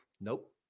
Nope